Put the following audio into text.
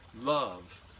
love